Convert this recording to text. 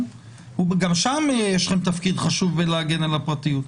גם שם יש לכם תפקיד חשוב בלהגן על הפרטיות.